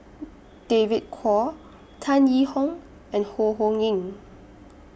David Kwo Tan Yee Hong and Ho Ho Ying